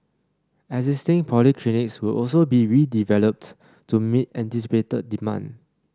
existing polyclinics will also be redeveloped to meet anticipated demand